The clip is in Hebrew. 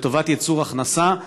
לטובת ייצור הכנסה,